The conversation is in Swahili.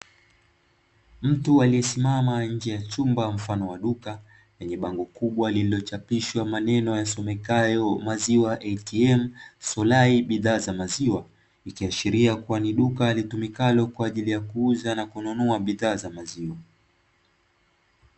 Mtu aliesimama nje ya chumba mfano wa duka, lenye bango kubwa lililochapishwa maneno yasomekayo "MAZIWA ATM Sulai bidhaa za maziwa", ikiashiria kuwa ni duka litumikalo kwaajili ya kuuza na kununua bidhaa za maziwa.